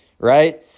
right